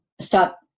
stop